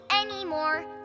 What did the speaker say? anymore